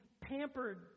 pampered